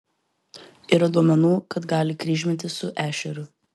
yra duomenų kad gali kryžmintis su ešeriu